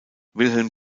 wilhelm